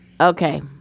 okay